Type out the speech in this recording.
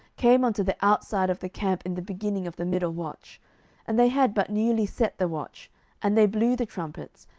came unto the outside of the camp in the beginning of the middle watch and they had but newly set the watch and they blew the trumpets,